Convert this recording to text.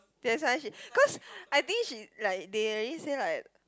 that's why she cause I think she like they already say like